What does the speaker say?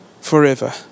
forever